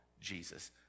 Jesus